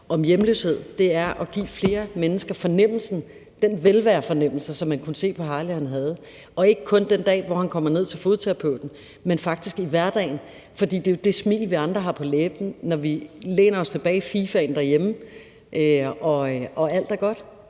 om hjemløshed. Det er at give flere mennesker den fornemmelse af velvære, som man kunne se på Harly at han havde, og ikke kun den dag, hvor han kommer ned til fodterapeuten, men faktisk i hverdagen. For det er jo det smil, vi andre har på læben, når vi læner os tilbage i fifaen derhjemme og alt er godt,